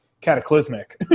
cataclysmic